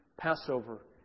Passover